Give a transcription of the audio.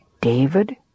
David